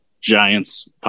Giants